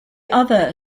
other